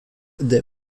der